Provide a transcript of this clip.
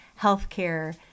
healthcare